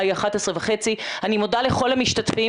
השעה היא 11:30. אני מודה לכל המשתתפים,